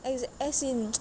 as as in